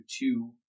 two